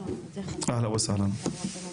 אהלן וסהלן.